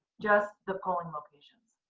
just the polling locations.